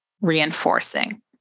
reinforcing